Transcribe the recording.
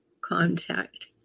contact